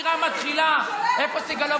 הרי כל חקירה מתחילה, איפה סגלוביץ'?